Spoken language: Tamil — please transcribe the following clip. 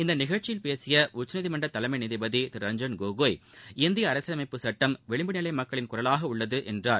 இந்த நிகழ்ச்சியில் பேசிய உச்சநீதிமன்ற தலைமை நீதிபதி திரு ரஞ்சன் கோகோய் இந்திய அரசியல் அமைப்பு சுட்டம் விளிம்பு நிலை மக்களின் குரவாக உள்ளது என்றார்